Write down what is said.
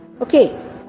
okay